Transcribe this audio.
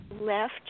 left